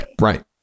right